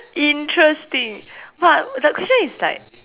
interesting but the question is like